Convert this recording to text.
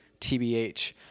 TBH